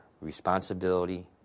responsibility